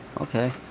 Okay